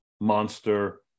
monster